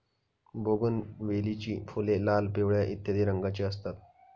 बोगनवेलीची फुले लाल, पिवळ्या इत्यादी रंगांची असतात